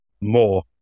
more